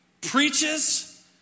preaches